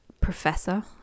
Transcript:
professor